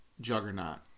juggernaut